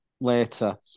later